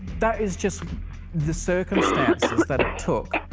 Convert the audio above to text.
that is just the circumstances that it took.